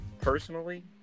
personally